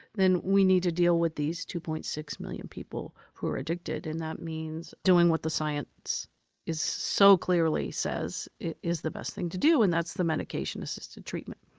then we need to deal with these two. six million people who are addicted. and that means doing what the science is so clearly says it is the best thing to do and that's the medication assisted treatment.